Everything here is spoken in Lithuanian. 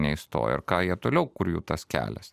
neįstojo ir ką jie toliau kur jų tas kelias